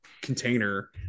container